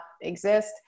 exist